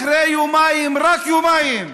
אחרי יומיים, רק יומיים,